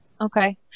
Okay